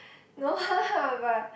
no lah but